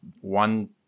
one